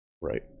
Right